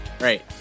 right